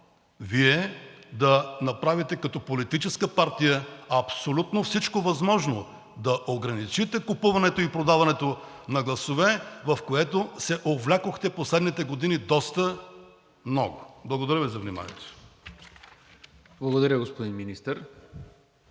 Вие да направите като политическа партия абсолютно всичко възможно да ограничите купуването и продаването на гласове, в което се увлякохте през последните години доста много. Благодаря Ви за вниманието. ПРЕДСЕДАТЕЛ НИКОЛА